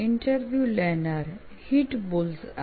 interview લેનાર Hitbullseye